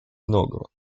многого